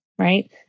right